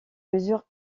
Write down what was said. mesure